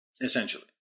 Essentially